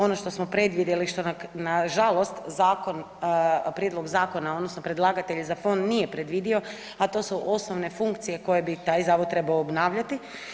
Ono što smo predvidjeli što nažalost zakon, prijedlog zakona odnosno predlagatelj za fond nije predvidio, a to su osnovne funkcije koje bi taj zavod trebao obnavljati.